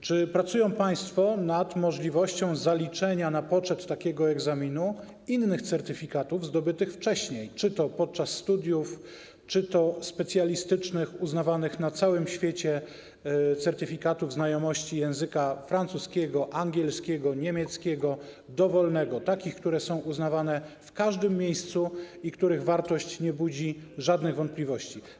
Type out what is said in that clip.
Czy pracują państwo nad możliwością zaliczenia na poczet takiego egzaminu innych certyfikatów, zdobytych wcześniej, np. podczas studiów, czy uznawanych na całym świecie specjalistycznych certyfikatów znajomości języka francuskiego, angielskiego, niemieckiego, dowolnego, takich, które są uznawane w każdym miejscu i których wartość nie budzi żadnych wątpliwości?